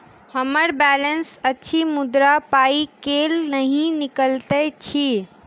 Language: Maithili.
हम्मर बैलेंस अछि मुदा पाई केल नहि निकलैत अछि?